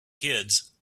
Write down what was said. kids